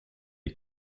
les